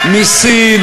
נו,